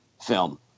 film